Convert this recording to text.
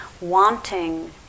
wanting